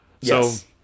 Yes